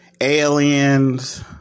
aliens